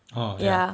oh ya